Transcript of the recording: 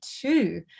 two